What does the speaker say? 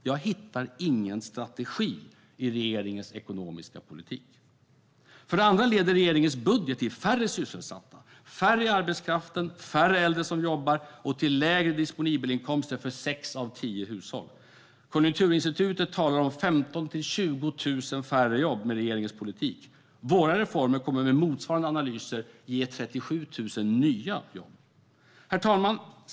Jag hittar ingen strategi i regeringens ekonomiska politik. För det andra leder regeringens budget till färre sysselsatta, färre i arbetskraften, färre äldre som jobbar och lägre disponibelinkomster för sex av tio hushåll. Konjunkturinstitutet talar om 15 000-20 000 färre jobb med regeringens politik. Våra reformer kommer att med motsvarande analyser ge 37 000 nya jobb. Herr talman!